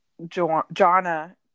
Jonna